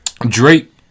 Drake